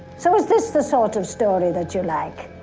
so is this the sort of story that you like?